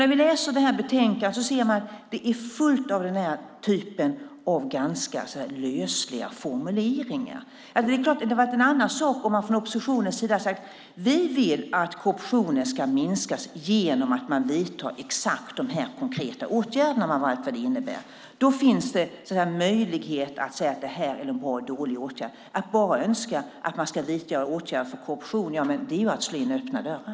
När vi läser detta betänkande ser vi att det är fullt av denna typ av ganska lösliga formuleringar. Det hade varit en annan sak om man från oppositionens sida sagt så här: Vi vill att korruptionen ska minskas genom att man vidtar exakt dessa konkreta åtgärder med allt vad det innebär. Då finns det en möjlighet att säga att det är en bra eller en dålig åtgärd. Att bara önska att man ska vidta åtgärder mot korruption är att slå in öppna dörrar.